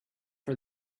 for